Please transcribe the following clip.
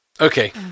Okay